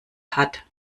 hat